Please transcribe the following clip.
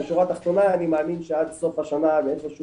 ובשורה התחתונה אני מאמין שעד סוף השנה ואיפה שהוא